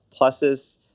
pluses